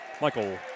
Michael